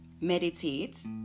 meditate